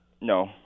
No